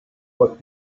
what